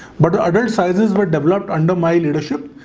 but their sizes were developed under my leadership,